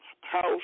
house